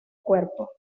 cuerpo